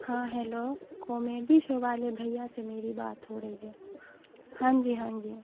ہاں hello comedy show والے بھیا سے میری بات ہو رہی ہے ہاں جی ہاں جی